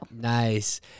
Nice